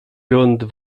rund